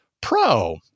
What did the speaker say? Pro